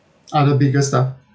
other bigger stuff